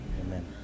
Amen